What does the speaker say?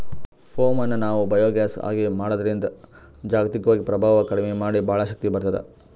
ಪೋಮ್ ಅನ್ನ್ ನಾವ್ ಬಯೋಗ್ಯಾಸ್ ಆಗಿ ಮಾಡದ್ರಿನ್ದ್ ಜಾಗತಿಕ್ವಾಗಿ ಪ್ರಭಾವ್ ಕಡಿಮಿ ಮಾಡಿ ಭಾಳ್ ಶಕ್ತಿ ಬರ್ತ್ತದ